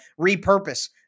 repurpose